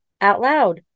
OUTLOUD